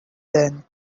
then